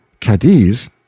cadiz